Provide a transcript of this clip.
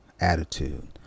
attitude